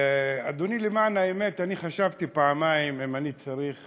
אדוני, למען האמת אני חשבתי פעמיים אם אני צריך